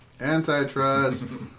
Antitrust